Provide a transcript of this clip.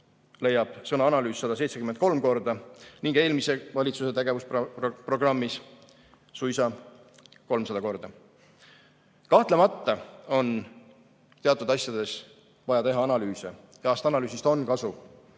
leiab sõna "analüüs" 173 korda ning eelmise valitsuse tegevusprogrammis suisa 300 korda. Kahtlemata on teatud asjades vaja teha analüüse. Heast analüüsist on kasu.